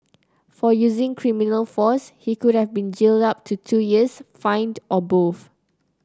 for using criminal force he could have been jailed up to two years fined or both